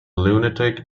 lunatic